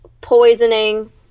poisoning